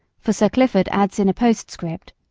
for sir clifford adds in a postscript,